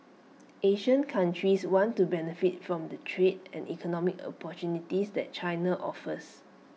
Asian countries want to benefit from the trade and economic opportunities that China offers